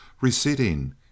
receding